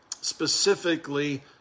specifically